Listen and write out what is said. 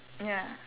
ya